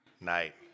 night